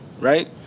Right